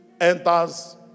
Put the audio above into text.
enters